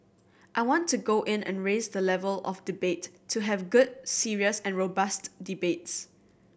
I want to go in and raise the level of debate to have good serious and robust debates